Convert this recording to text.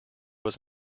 was